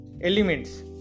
Elements